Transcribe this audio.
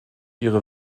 ihre